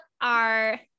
are-